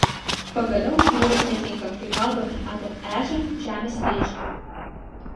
pagaliau šniūras netinka kai kalbame apie ežią žemės rėžį